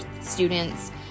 students